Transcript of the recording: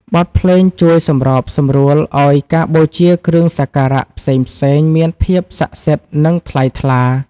បទភ្លេងជួយសម្របសម្រួលឱ្យការបូជាគ្រឿងសក្ការៈផ្សេងៗមានភាពសក្ដិសិទ្ធិ និងថ្លៃថ្លា។